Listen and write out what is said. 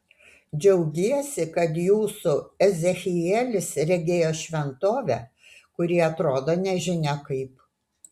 džiaugiesi kad jūsų ezechielis regėjo šventovę kuri atrodo nežinia kaip